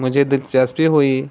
مجھے دلچسپی ہوئی